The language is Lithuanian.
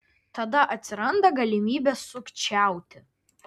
tada atsiranda galimybė sukčiauti